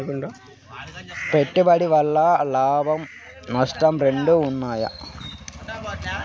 పెట్టుబడి వల్ల లాభం మరియు నష్టం రెండు ఉంటాయా?